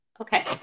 Okay